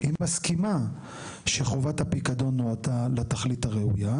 היא מסכימה שחובת הפיקדון נועדה לתכלית הראויה.